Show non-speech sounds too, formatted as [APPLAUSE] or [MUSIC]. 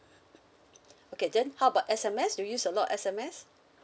[NOISE] okay then how about S_M_S do you use a lot of S_M_S